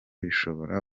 bishobora